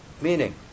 meaning